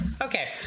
Okay